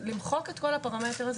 למחוק את כל הפרמטר הזה,